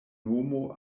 nomo